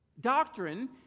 Doctrine